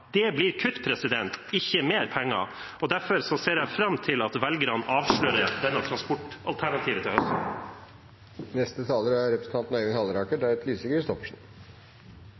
Det blir kutt, ikke mer penger. Derfor ser jeg fram til at velgerne avslører dette transportalternativet til høsten. Vestlandet er